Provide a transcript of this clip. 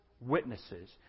witnesses